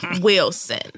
Wilson